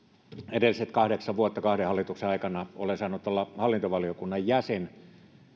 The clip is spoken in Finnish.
edelliset kahdeksan vuotta kahden hallituksen aikana olen saanut olla hallintovaliokunnan jäsen